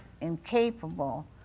incapable